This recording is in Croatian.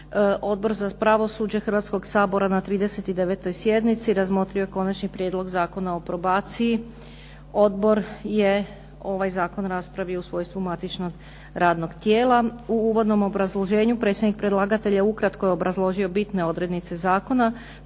Odbor za pravosuđe Hrvatskoga sabora na 39. sjednici razmotrio je Konačni prijedlog zakona o probaciji, ovaj Odbor je raspravio Zakon u svojstvu matičnog radnog tijela. U uvodnom obrazloženju predstavnik predlagatelja ukratko je obrazložio bitne odrednice Zakona,